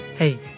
Hey